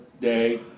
day